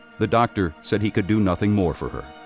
the doctor said he could do nothing more for her.